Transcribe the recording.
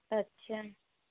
अच्छा